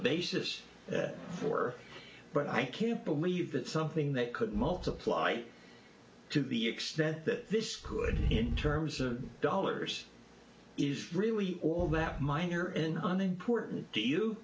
basis for but i can't believe that something that could multiply to be extent that this could in terms of dollars is really all that minor and on important do you